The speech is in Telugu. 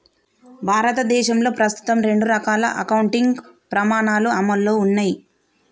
భారతదేశంలో ప్రస్తుతం రెండు రకాల అకౌంటింగ్ ప్రమాణాలు అమల్లో ఉన్నయ్